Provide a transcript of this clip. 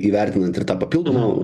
įvertinant ir tą papildomą